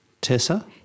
Tessa